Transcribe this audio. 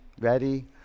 Ready